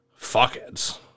fuckheads